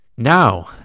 Now